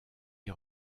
est